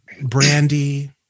Brandy